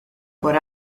por